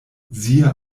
siehe